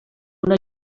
una